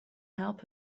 help